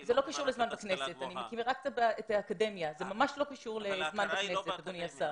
זה לא עולה כסף, הם למדו שם, הכול